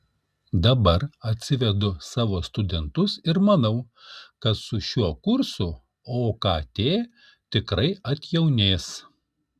dabar atsivedu savo studentus ir manau kad su šiuo kursu okt tikrai atjaunės